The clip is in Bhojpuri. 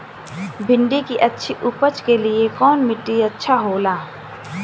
भिंडी की अच्छी उपज के लिए कवन मिट्टी अच्छा होला?